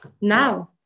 Now